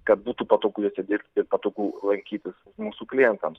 kad būtų patogu juose dirbt ir patogu lankytis mūsų klientams